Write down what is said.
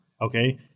Okay